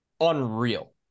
unreal